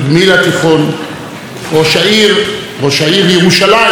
ראש העיר ירושלים ניר ברקת,